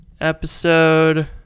episode